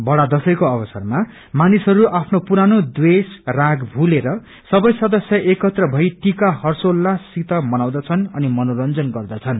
बड्रा दशैंको अवसरमा मानिसहरू आफ्नो पुरानो देष राग भुलेर सवै सदस्य एकत्र भई टिका हर्षोल्लाससित मनाउँदछन् अनि मनोरंजन गर्दछन्